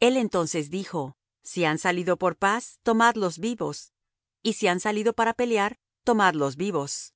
el entonces dijo si han salido por paz tomadlos vivos y si han salido para pelear tomadlos vivos